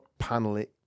Panelit